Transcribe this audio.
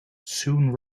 soon